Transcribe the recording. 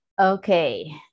Okay